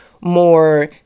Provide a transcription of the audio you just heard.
more